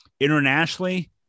Internationally